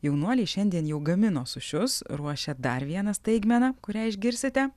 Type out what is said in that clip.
jaunuoliai šiandien jau gamino sušius ruošia dar vieną staigmeną kurią išgirsite